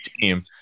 team